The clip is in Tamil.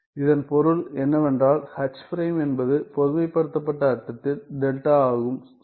இதன் பொருள் என்னவென்றால் h பிரைம் என்பது பொதுமைப்படுத்தப்பட்ட அர்த்தத்தில் டெல்டா ஆகும் சரியா